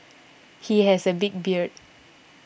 he has a big beard